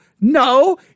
No